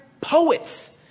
poets